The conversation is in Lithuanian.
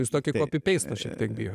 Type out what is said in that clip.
jūs tokio kopi pest šiek tiek bijot